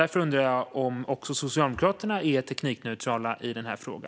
Jag undrar om även Socialdemokraterna är teknikneutrala i denna fråga.